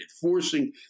forcing